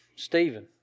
Stephen